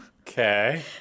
Okay